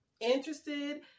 interested